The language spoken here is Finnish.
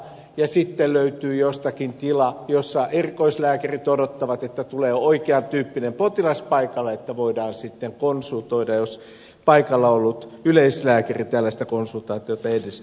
ja sitten löytyy jostakin tila jossa erikoislääkärit odottavat että tulee oikean tyyppinen potilas paikalle että voidaan sitten konsultoida jos paikalla ollut yleislääkäri tällaista konsultaatiota edes esittää